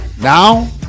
Now